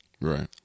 Right